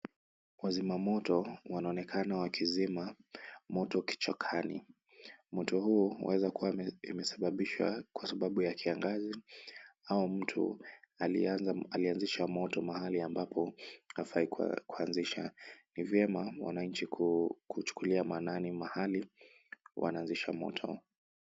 Wazimamoto wanaonekana wakizima moto kichakani. Moto huo wawezakua imesababishwa kwa sababu ya kiangazi au mtu aliyeanzisha moto mahali ambapo hafai kuanzisha. Ni vyema wananchi kuchukulia maanani mahali wanaanzisha moto.